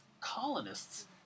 colonists